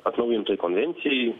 atnaujintai konvencijai